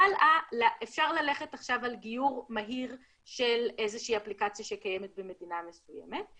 הלאה אפשר ללכת על גיור מהיר של איזושהי אפליקציה שקיימת במדינה מסוימת.